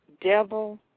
devil